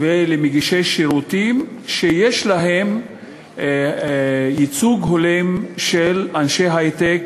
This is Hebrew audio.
ולמגישי שירותים שיש בהם ייצוג הולם של אנשי היי-טק,